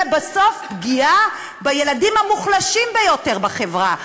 בסוף פגיעה בילדים המוחלשים ביותר בחברה.